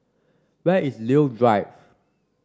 where is Leo Drive